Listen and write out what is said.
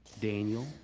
Daniel